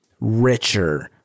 richer